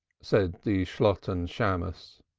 said the shalotten shammos.